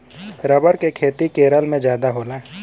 rubber के खेती केरल में जादा होला